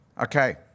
Okay